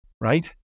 right